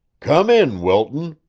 come in, wilton,